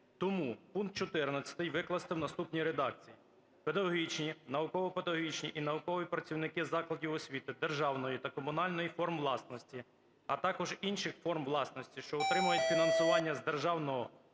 Тому пункт 14 викласти в наступній редакції: "педагогічні, науково-педагогічні і наукові працівники закладів освіти державної та комунальної форм власності, а також інших форм власності, що отримують фінансування з державного та/або